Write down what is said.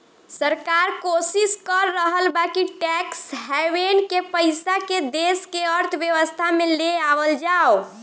सरकार कोशिस कर रहल बा कि टैक्स हैवेन के पइसा के देश के अर्थव्यवस्था में ले आवल जाव